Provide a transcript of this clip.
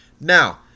Now